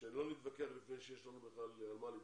שלא נתווכח לפני שיש לנו בכלל על מה להתווכח.